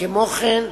כמו כן,